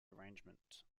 arrangement